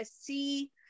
see